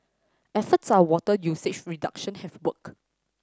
efforts are water usage reduction have worked